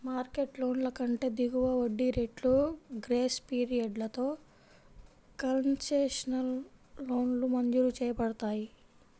market లోన్ల కంటే దిగువ వడ్డీ రేట్లు, గ్రేస్ పీరియడ్లతో కన్సెషనల్ లోన్లు మంజూరు చేయబడతాయి